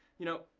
you know,